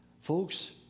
folks